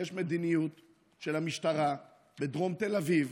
יש מדיניות של המשטרה בדרום תל אביב